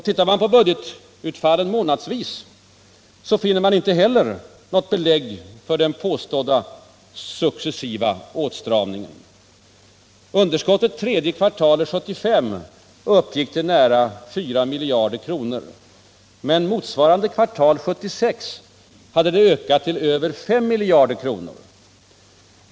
Tittar man på budgetutfallen månadsvis, finner man inte heller något belägg för den påstådda ”successiva åtstramningen”. Underskottet tredje kvartalet 1975 uppgick till nära 4 miljarder kronor, medan det för motsvarande kvartal 1976 hade ökat till över 5 miljarder kronor.